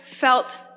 Felt